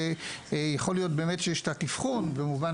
ויכול להיות באמת שיש תת-אבחון במובן